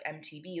MTV